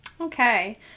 Okay